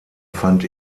fand